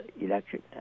election